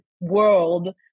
world